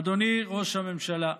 אדוני ראש הממשלה,